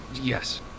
Yes